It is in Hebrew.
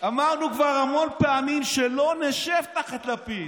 אמרנו כבר המון פעמים שלא נשב תחת לפיד.